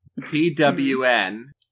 P-W-N